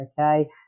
okay